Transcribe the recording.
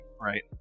right